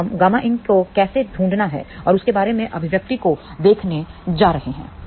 अब हम Ƭinको कैसे ढूंढना है उसके बारे में अभिव्यक्ति को देखने जा रहे हैं